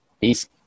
Peace